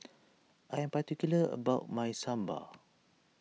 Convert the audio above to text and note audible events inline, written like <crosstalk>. I am particular about my Sambar <noise>